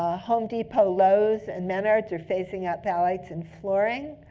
ah home depot, lowe's, and menard's are phasing out thalates in flooring.